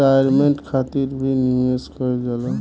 retirement खातिर भी निवेश कईल जाला